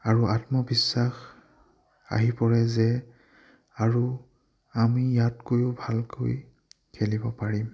আৰু আত্মবিশ্বাস আহি পৰে যে আৰু আমি ইয়াতকৈও ভালকৈ খেলিব পাৰিম